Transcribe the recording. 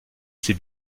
ses